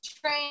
train